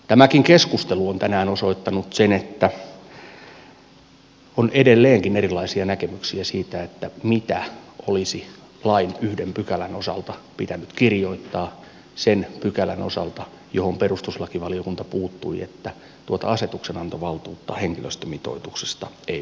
tämäkin keskustelu on tänään osoittanut sen että on edelleenkin erilaisia näkemyksiä siitä mitä olisi lain yhden pykälän osalta pitänyt kirjoittaa sen pykälän osalta johon perustuslakivaliokunta puuttui sen suhteen että tuota asetuksenantovaltuutta henkilöstömitoituksesta ei voi antaa